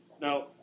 Now